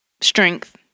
strength